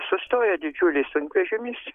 sustojo didžiulis sunkvežimis